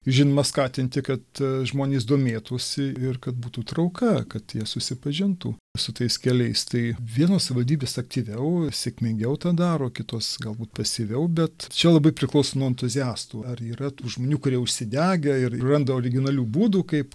žinoma skatinti kad žmonės domėtųsi ir kad būtų trauka kad jie susipažintų su tais keliais tai vienos savivaldybės aktyviau sėkmingiau tą daro kitos galbūt pasyviau bet čia labai priklauso nuo entuziastų ar yra tų žmonių kurie užsidegę ir randa originalių būdų kaip